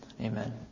Amen